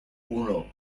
uno